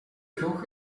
kroeg